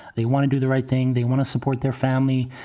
they want to do the right thing. they want to support their family.